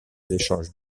échanges